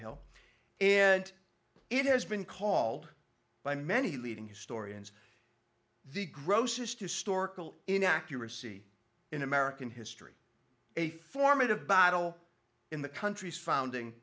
hill and it has been called by many leading historians the grossest historical inaccuracy in american history a formative battle in the country's founding